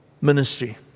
ministry